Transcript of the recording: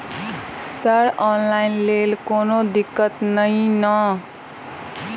Sir online लैल कोनो दिक्कत न ई नै?